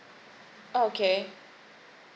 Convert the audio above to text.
oh okay